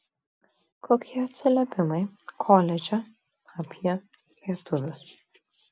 kokie atsiliepimai koledže apie lietuvius